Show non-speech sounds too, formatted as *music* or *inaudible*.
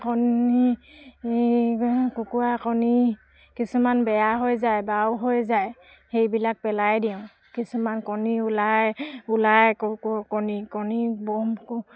কণী কুকুৰাৰ কণী কিছুমান বেয়া হৈ যায় বাও হৈ যায় সেইবিলাক পেলাই দিওঁ কিছুমান কণী ওলায় ওলায় আকৌ কণী *unintelligible*